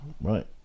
Right